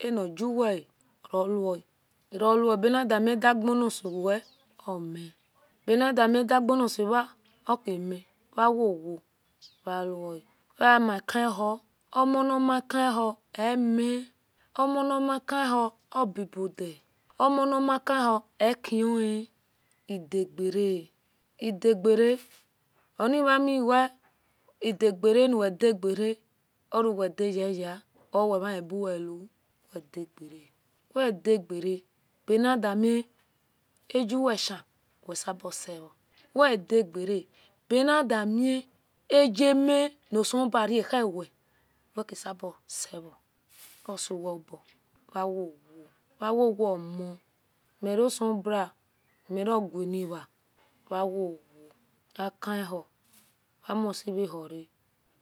Aniguwea rowea rowea zenidiami ediagu nasuwe omi anidamiedagenisuwa okimi wa wowo vewoa wemakiu omonirnkihu ami omonirnkihu obibodia omonivnkinu ehien idagera onima mean weidagera we idagera ouwedayeyea o wemanbuweu weidagera weidagera adigami agaminasebua ramhuwe wekisabaseve osuwebo we wowo awowo omo merusebua mirogeuwa we womo akihu wemisevora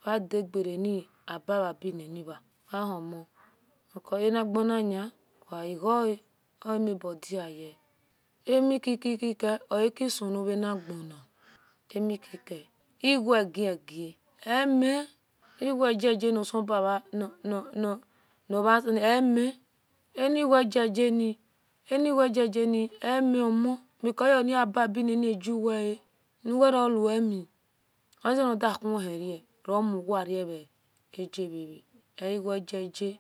wedagerenibawe bininire wehiemuo because angenini weivoa omebudiye amikiki ke oakisumounanigeni amikike iguogi gia omi iguogigi oselebua omai aniguo gigie gigi emi omo because eoni ababinini guwele uwerowemi ozeathuhe ni romowa niagevava eiguo gi ge